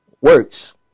works